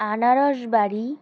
আনারসবাড়ি